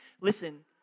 listen